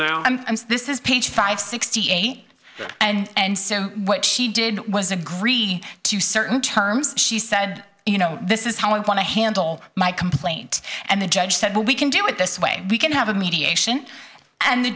and this is page five sixty eight and so what she did was agree to certain terms she said you know this is how i want to handle my complaint and the judge said well we can do it this way we can have a mediation and the